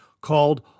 called